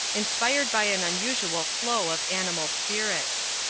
inspired by an unusual flow of animal spirits